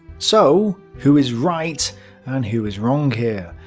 so who is right and who is wrong here?